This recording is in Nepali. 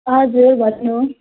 हजुर भन्नुहोस्